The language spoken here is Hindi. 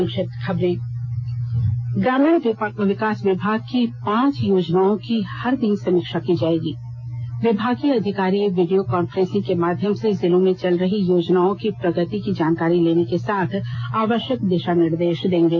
संक्षिप्त खबरें ग्रामीण विकास विभाग के पांच योजनाओं की हर दिन समीक्षा की जाएगी विभागीय अधिकारी वीडियो कांफ्रेंसिंग के माध्यम से जिलों में चल रही योजनाओं की प्रगति की जानकारी लेने के साथ आवश्यक दिशा निर्देश देंगे